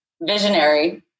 visionary